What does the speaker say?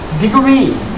degree